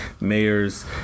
mayor's